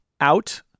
out